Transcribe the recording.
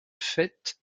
fait